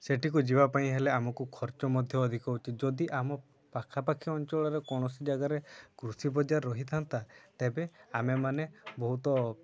ସେଠାକୁ ଯିବା ପାଇଁ ହେଲେ ଆମକୁ ଖର୍ଚ୍ଚ ମଧ୍ୟ ଅଧିକ ହେଉଛି ଯଦି ଆମ ପାଖାପାଖି ଅଞ୍ଚଳରେ କୌଣସି ଜାଗାରେ କୃଷି ବଜାର ରହିଥାନ୍ତା ତେବେ ଆମେମାନେ ବହୁତ